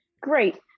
great